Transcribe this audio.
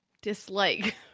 dislike